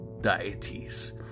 deities